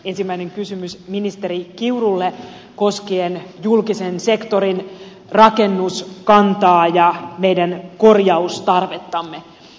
ensimmäinen kysymys ministeri kiurulle koskien julkisen sektorin rakennuskantaa ja meidän korjaustarvettamme